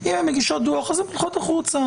אם הן מגישות דוח, אז הן הולכות החוצה.